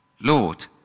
Lord